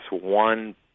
one